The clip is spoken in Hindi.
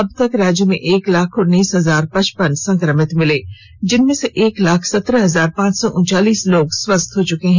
अब तक राज्य में एक लाख उन्नीस हजार पचपन संक्रमित मिले हैं जिनमें से एक लाख सत्रह हजार पांच सौ उनचालीस लोग स्वस्थ हो चुके हैं